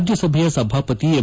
ರಾಜ್ಯಸಭೆಯ ಸಭಾಪತಿ ಎಂ